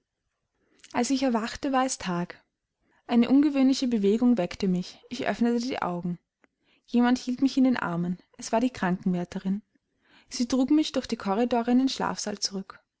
als ich erwachte war es tag eine ungewöhnliche bewegung weckte mich ich öffnete die augen jemand hielt mich in den armen es war die krankenwärterin sie trug mich durch die korridore in den schlafsaal zurück